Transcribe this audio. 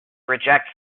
reject